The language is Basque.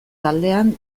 taldean